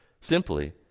simply